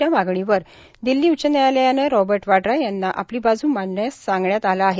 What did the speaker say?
च्या मागणीवर दिल्ली उच्च न्यायालयानं रॉबर्ट वाड्रा यांना आपली बाजू मांडण्यास सांगितलं आहे